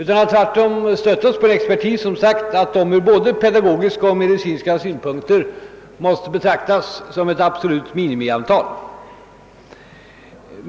Vi har utgått från uttalanden av expertis som sagt att ifrågavarande antal veckor ur både pedagogiska och medicinska synpunkter måste betraktas som ett absolut minimum.